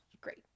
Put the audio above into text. great